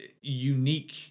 unique